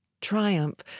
Triumph